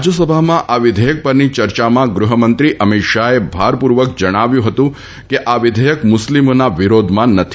રાજ્યસભામાં આ વિધેયક પરની ચર્ચામાં ગૃહમંત્રી અમીત શાહે ભારપૂર્વક જણાવ્યું હતું કે વિઘેયક મુસ્લીમોના વિરોધમાં નથી